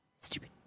stupid